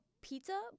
pizza